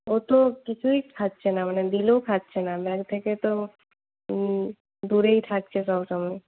ও তো কিছুই খাচ্ছে না মানে দিলেও খাচ্ছে না খাবার থেকে তো দূরেই থাকছে সবসময়